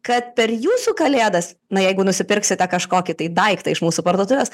kad per jūsų kalėdas na jeigu nusipirksite kažkokį tai daiktą iš mūsų parduotuvės